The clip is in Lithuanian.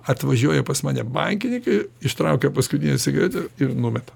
atvažiuoja pas mane bankininkai ištraukia paskutinę cigaretę ir numeta